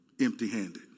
empty-handed